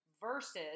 versus